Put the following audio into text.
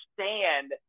stand